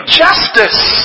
justice